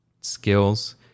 Skills